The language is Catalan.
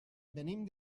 venim